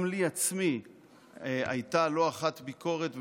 גם לי עצמי הייתה לא אחת ביקורת,